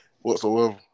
Whatsoever